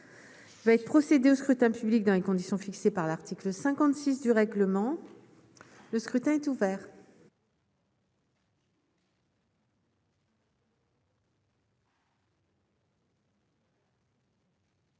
fait procéder au scrutin public dans les conditions fixées par l'article 56 du règlement, le scrutin est ouvert.